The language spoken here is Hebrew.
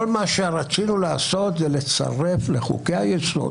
כל מה שרצינו לעשות זה לצרף לחוקי-היסוד